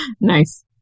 nice